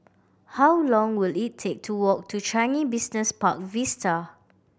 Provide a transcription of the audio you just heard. how long will it take to walk to Changi Business Park Vista